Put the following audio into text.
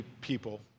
people